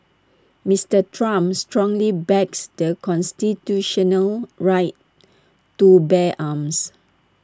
Mister Trump strongly backs the constitutional right to bear arms